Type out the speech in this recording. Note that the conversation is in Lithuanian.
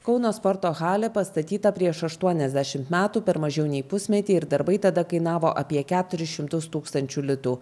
kauno sporto halė pastatyta prieš aštuoniasdešimt metų per mažiau nei pusmetį ir darbai tada kainavo apie keturis šimtus tūkstančių litų